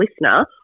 listener